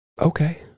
Okay